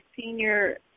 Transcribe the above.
senior